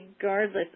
regardless